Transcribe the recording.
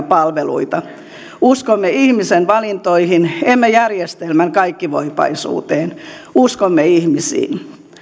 palveluita uskomme ihmisen valintoihin emme järjestelmän kaikkivoipaisuuteen uskomme ihmisiin